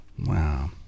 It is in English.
Wow